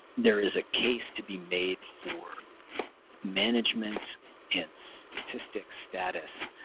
there is a case to be made for management and statistic status,